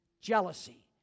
jealousy